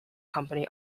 company